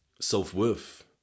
self-worth